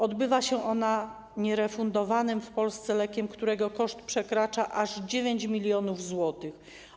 Odbywa się ona nierefundowanym w Polsce lekiem, którego koszt przekracza aż 9 mln zł.